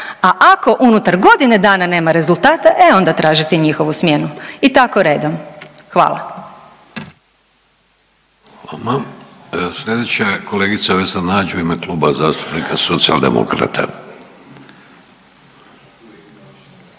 a ako unutar godine dana nema rezultata e onda tražiti njihovu smjenu. I tako redom. Hvala. **Vidović, Davorko (Socijaldemokrati)** I vama. Slijedeća je kolegica Vesna Nađ u ime Kluba zastupnika Socijaldemokrata.